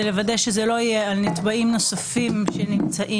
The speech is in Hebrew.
לוודא שזה לא יהיה על נתבעים נוספים שנמצאים